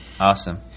Awesome